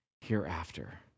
hereafter